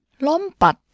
Lompat